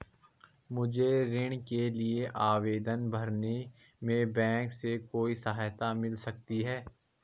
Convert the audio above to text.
मुझे ऋण के लिए आवेदन भरने में बैंक से कोई सहायता मिल सकती है?